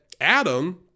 Adam